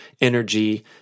energy